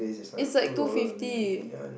is like two fifty